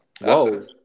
Whoa